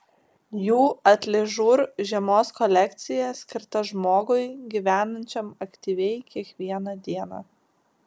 jų atližur žiemos kolekcija skirta žmogui gyvenančiam aktyviai kiekvieną dieną